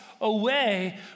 away